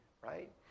right